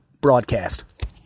broadcast